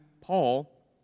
Paul